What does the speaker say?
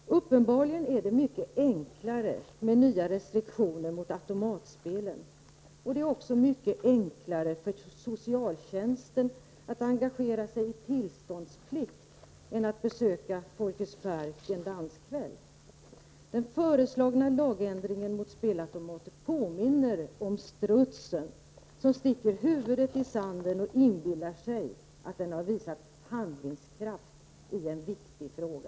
Uppenbarligen är det mycket enklare med nya restriktioner mot automatspel, och det är också mycket enklare för socialtjänsten att engagera sig i tillståndsplikt än att besöka Folkets park en danskväll. Den föreslagna lagstiftningen mot spelautomater påminner om strutsen som sticker huvudet i sanden och inbillar sig att den här visat handlingskraft i en viktig fråga.